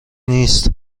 نیس